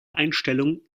einstellung